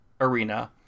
arena